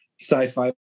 sci-fi